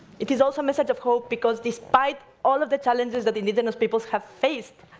it is also message of hope, because despite all of the challenges that indigenous peoples have faced,